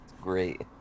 great